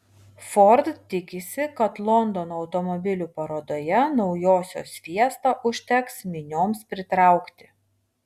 ford tikisi kad londono automobilių parodoje naujosios fiesta užteks minioms pritraukti